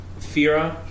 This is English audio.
Fira